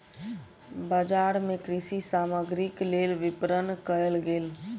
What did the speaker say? बजार मे कृषि सामग्रीक लेल विपरण कयल गेल